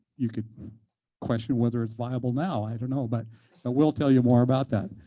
you could question whether it's viable now. i don't know. but ah we'll tell you more about that.